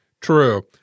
True